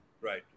right